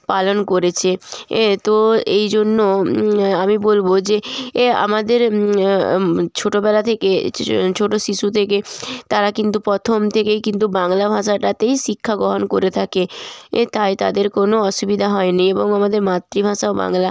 পালন করেছে তো এই জন্য আমি বলব যে আমাদের ছোটোবেলা থেকে ছোটো শিশু থেকে তারা কিন্তু প্রথম থেকেই কিন্তু বাংলা ভাষাটাতেই শিক্ষা গ্রহণ করে থাকে তাই তাদের কোনো অসুবিধা হয়নি এবং আমাদের মাতৃভাষাও বাংলা